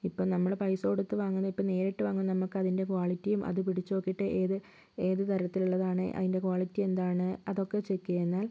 ഇപ്പം നമ്മൾ പൈസ കൊടുത്തു വാങ്ങുന്ന ഇപ്പം നേരിട്ട് വാങ്ങുന്ന നമുക്കതിൻ്റെ ക്വളിറ്റിയും അത് പിടിച്ചു നോക്കിയിട്ട് ഏത് ഏത് തരത്തിലുള്ളതാണ് അതിൻ്റെ ക്വാളിറ്റി എന്താണ് അതൊക്കെ ചെക്കെയ്താൽ